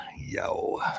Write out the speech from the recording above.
Yo